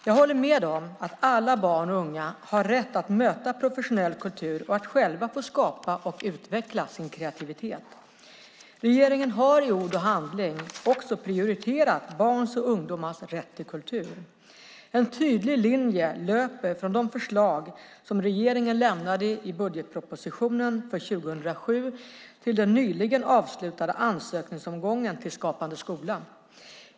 Jag håller med om att alla barn och unga har rätt att möta professionell kultur och att själva få skapa och utveckla sin kreativitet. Regeringen har i ord och handling också prioriterat barns och ungdomars rätt till kultur. En tydlig linje löper från de förslag som regeringen lämnade i budgetpropositionen för 2007 till den nyligen avslutade ansökningsomgången till Skapande skola.